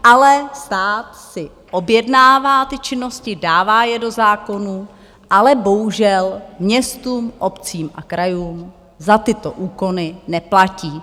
Ale stát si objednává ty činnosti, dává je do zákonů, ale bohužel městům, obcím a krajům za tyto úkony neplatí.